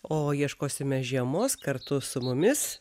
o ieškosime žiemos kartu su mumis